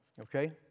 okay